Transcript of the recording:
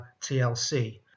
TLC